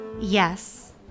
Yes